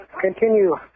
Continue